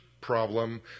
problem